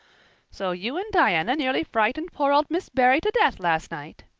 so you and diana nearly frightened poor old miss barry to death last night?